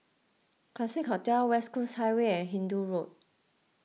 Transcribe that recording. Classique Hotel West Coast Highway and Hindoo Road